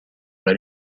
alla